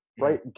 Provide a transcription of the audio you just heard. right